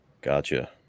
Gotcha